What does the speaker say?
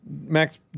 Max